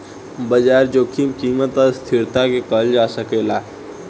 बाजार जोखिम कीमत आ अस्थिरता के कहल जा सकेला